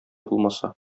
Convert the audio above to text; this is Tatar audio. булмаса